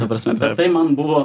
ta prasme tai man buvo